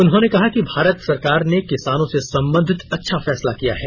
उन्होंने कहा कि भारत सरकार ने किसानों से संबंधित अच्छा फैसला किया है